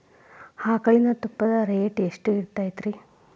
ಆಕಳಿನ ತುಪ್ಪದ ರೇಟ್ ಎಷ್ಟು ಇರತೇತಿ ರಿ?